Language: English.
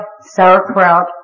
sauerkraut